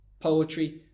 poetry